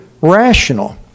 rational